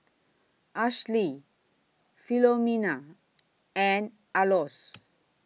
Ashlie Filomena and Aloys